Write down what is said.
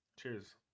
Cheers